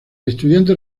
estudiante